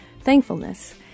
thankfulness